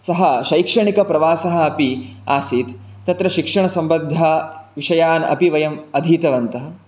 सह शैक्षणिकप्रवासः अपि आसीत् तत्र शिक्षणसम्बद्धविषयान् अपि वयम् अधीतवन्तः